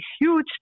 huge